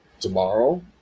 tomorrow